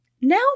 Now